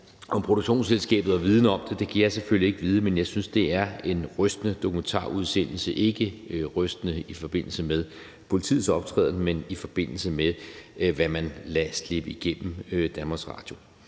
Om produktionsselskabet var vidende om det, kan jeg selvfølgelig ikke vide. Men jeg synes, det er en rystende dokumentarudsendelse – ikke rystende i forbindelse med politiets optræden, men i forbindelse med hvad man lader slippe igennem DR. For